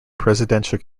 presidential